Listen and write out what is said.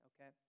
okay